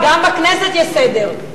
גם בכנסת יש סדר.